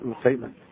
statement